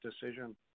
decision